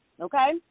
Okay